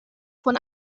von